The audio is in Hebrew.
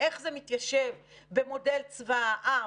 איך זה מתיישב במודל צבא העם,